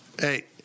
Hey